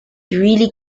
really